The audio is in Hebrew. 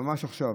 ממש עכשיו.